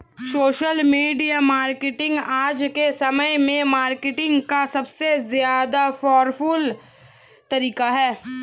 social media marketing आज के समय में मार्केटिंग का सबसे ज्यादा पॉवरफुल तरीका है